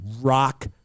rock